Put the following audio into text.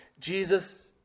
Jesus